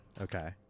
Okay